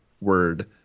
word